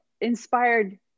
inspired